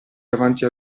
davanti